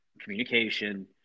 communication